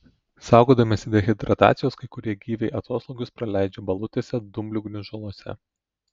saugodamiesi dehidracijos kai kurie gyviai atoslūgius praleidžia balutėse dumblių gniužuluose